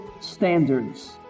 standards